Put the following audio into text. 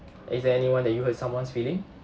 is there anyone that you hurt someone's feeling